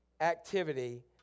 activity